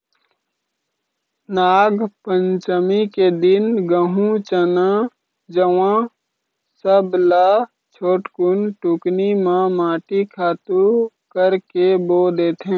नागपंचमी के दिन गहूँ, चना, जवां सब ल छोटकुन टुकनी म माटी खातू करके बो देथे